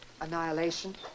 annihilation